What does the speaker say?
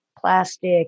plastic